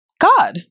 God